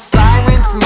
silence